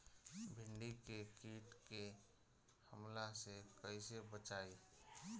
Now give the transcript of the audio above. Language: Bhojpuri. भींडी के कीट के हमला से कइसे बचाई?